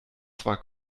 zwar